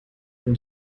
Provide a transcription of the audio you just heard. von